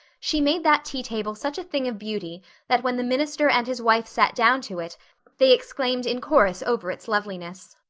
she made that tea table such a thing of beauty that when the minister and his wife sat down to it they exclaimed in chorus over it loveliness.